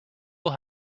will